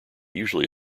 usually